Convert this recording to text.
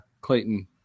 Clayton